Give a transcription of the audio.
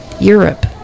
Europe